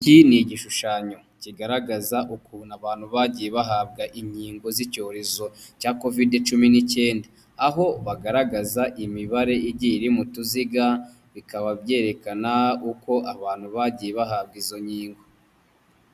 Iki ni igishushanyo kigaragaza ukuntu abantu bagiye bahabwa inkingo z'icyorezo cya Kovide 19, aho bagaragaza imibare igiye iri mu tuziga, bikaba byerekana uko abantu bagiye bahabwa izo nkingo.